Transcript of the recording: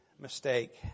mistake